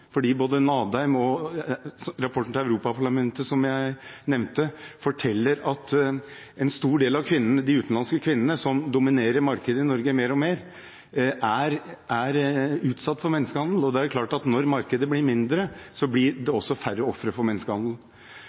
Både Nadheim og rapporten til Europaparlamentet, som jeg nevnte, forteller at en stor del av de utenlandske kvinnene som dominerer markedet i Norge mer og mer, er utsatt for menneskehandel. Det er klart at når markedet blir mindre, blir det også færre ofre for menneskehandel.